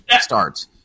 starts